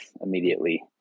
immediately